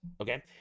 okay